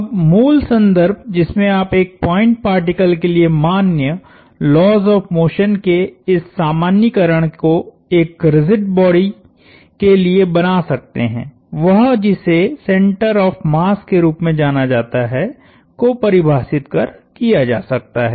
अब मूल संदर्भ जिसमें आप एक पॉइंट पार्टिकल के लिए मान्य लॉज़ ऑफ़ मोशन के इस सामान्यीकरण को एक रिजिड बॉडी के लिए बना सकते हैं वह जिसे सेंटर ऑफ़ मास के रूप में जाना जाता है को परिभाषित कर किया जा सकता है